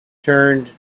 turned